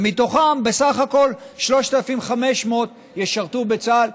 ומתוכם בסך הכול 3,500 ישרתו בצה"ל,